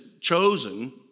chosen